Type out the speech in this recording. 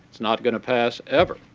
it's not going to pass ever